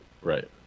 right